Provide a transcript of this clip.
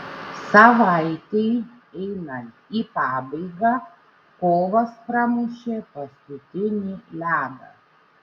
savaitei einant į pabaigą kovas pramušė paskutinį ledą